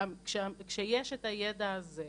כשיש את הידע הזה,